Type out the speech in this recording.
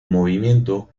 movimiento